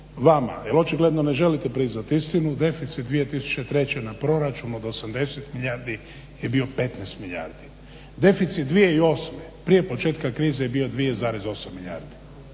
vama jer očigledno ne želite priznati istinu, deficit 2003. na proračun 80 milijardi je bio 15 milijardi. Deficit 2008. Prije početka krize je bio 208 milijardu.